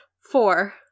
four